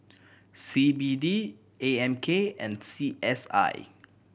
C B D A M K and C S I